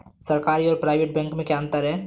सरकारी और private bank में क्या अंतर है?